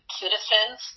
citizens